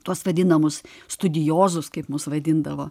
tuos vadinamus studijozus kaip mus vadindavo